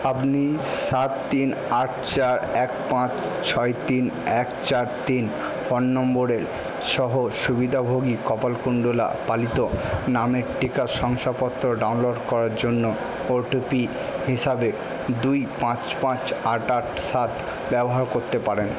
আপনি সাত তিন আট চার এক পাঁচ ছয় তিন এক চার তিন ফোন নম্বরে সহ সুবিধাভোগী কপালকুণ্ডলা পালিত নামের টিকা শংসাপত্র ডাউনলোড করার জন্য ওটিপি হিসাবে দুই পাঁচ পাঁচ আট আট সাত ব্যবহার করতে পারেন